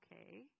Okay